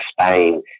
Spain